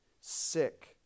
sick